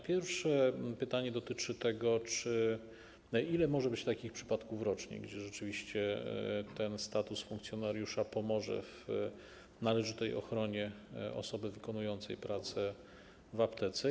Pierwsze pytanie dotyczy tego, ile rocznie może być takich przypadków, gdy rzeczywiście ten status funkcjonariusza pomoże w należytej ochronie osoby wykonującej pracę w aptece.